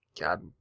God